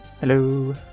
Hello